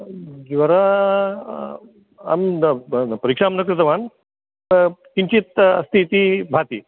ज्वरः अहं परीक्षां न कृतवान् किञ्चित् अस्ति इति भाति